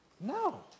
No